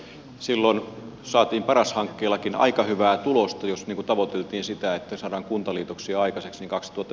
silloin saatiin paras hankkeellakin aika hyvää tulosta jos tavoiteltiin sitä että saadaan kuntaliitoksia aikaan